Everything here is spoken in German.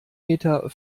meter